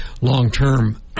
long-term